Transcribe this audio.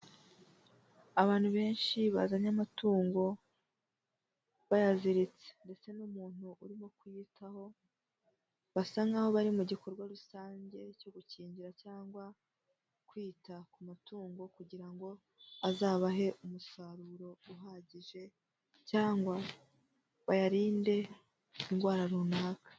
Abantu benshi bazanye amatungo bayaziritse ndetse n'umuntu urimo kuyitaho basa nkaho bari mu gikorwa rusange cyo gukingira cyangwa kwita ku matungo kugira ngo azabahe umusaruro uhagije cyangwa bayarinde indwara runaka.